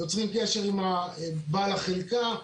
יוצרים קשר עם בעל החלקה,